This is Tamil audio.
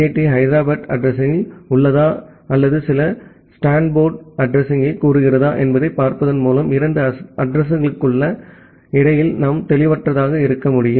டி ஹைதராபாத் அட்ரஸிங்யில் உள்ளதா அல்லது சில ஸ்டான்போர்டு அட்ரஸிங்யைக் கூறுகிறதா என்பதைப் பார்ப்பதன் மூலம் இரண்டு அட்ரஸிங்களுக்கு இடையில் நாம் தெளிவற்றதாக இருக்க முடியும்